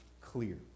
clear